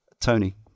Tony